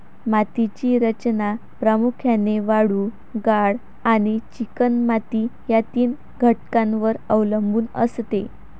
मातीची रचना प्रामुख्याने वाळू, गाळ आणि चिकणमाती या तीन घटकांवर अवलंबून असते